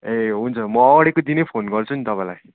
ए हुन्छ म अगाडिको दिनै फोन गर्छु नि तपाईँलाई